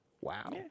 Wow